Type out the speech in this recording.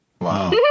Wow